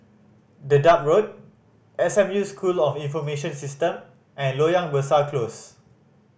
Dedap Road S M U School of Information System and Loyang Besar Close